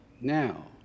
now